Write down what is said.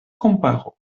komparo